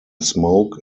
smoke